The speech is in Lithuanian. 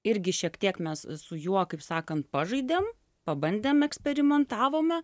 irgi šiek tiek mes su juo kaip sakant pažaidėm pabandėm eksperimentavome